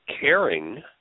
caring